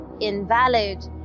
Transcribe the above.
invalid